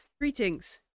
greetings